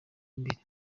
imbere